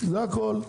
זה הכול,